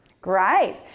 great